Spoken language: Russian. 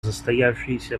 застоявшееся